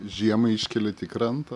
žiemą iškeliat į krantą